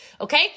Okay